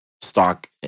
stock